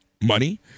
money